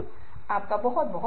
आपका बहुत धन्यवाद